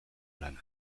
lana